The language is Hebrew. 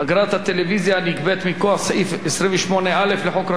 הנגבית מכוח סעיף 28א לחוק רשות השידור,